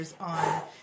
on